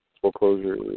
foreclosure